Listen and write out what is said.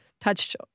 touched